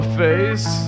face